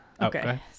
okay